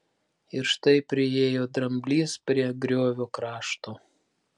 ir štai priėjo dramblys prie griovio krašto